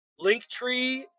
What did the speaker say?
Linktree